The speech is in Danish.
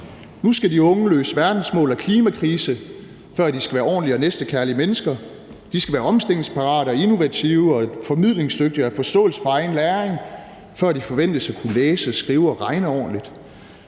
Nu skal de unge løse verdensmål og klimakrise, før de skal være ordentlige og næstekærlige mennesker. De skal være omstillingsparate og innovative og formidlingsdygtige og have forståelse for egen læring, før de forventes at kunne læse og skrive og regne ordentligt.